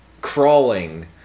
crawling